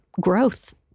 growth